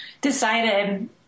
decided